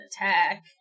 attack